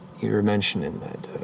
you were mentioning that